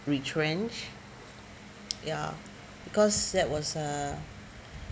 retrenched ya because that was uh